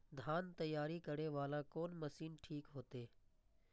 धान तैयारी करे वाला कोन मशीन ठीक होते?